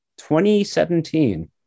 2017